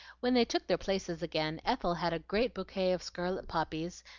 when they took their places again, ethel had a great bouquet of scarlet poppies,